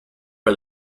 for